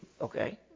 okay